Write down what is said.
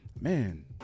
man